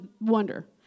wonder